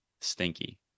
Stinky